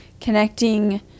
connecting